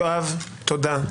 יואב, יואב, תודה.